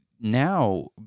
now